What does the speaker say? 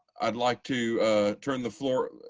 i'd like to turn the floor,